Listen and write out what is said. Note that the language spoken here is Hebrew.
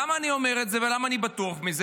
למה אני אומר את זה ולמה אני בטוח בזה?